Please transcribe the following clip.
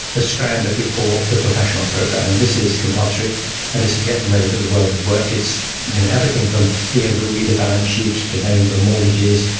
a strand that we call the professional program, and this is compulsory and it's to get them ready for the world of work. it's everything from being able to read a balance sheet to knowing what a mortgage is,